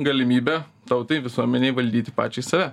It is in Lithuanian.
galimybė tautai visuomenei valdyti pačiai save